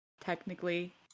technically